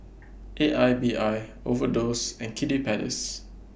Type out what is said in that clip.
A I B I Overdose and Kiddy Palace